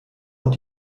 und